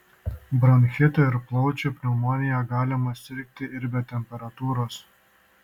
bronchitu ir plaučių pneumonija galima sirgti ir be temperatūros